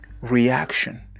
reaction